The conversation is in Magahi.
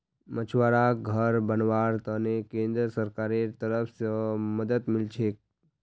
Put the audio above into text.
मछुवाराक घर बनव्वार त न केंद्र सरकारेर तरफ स मदद मिल छेक